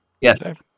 Yes